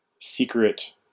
secret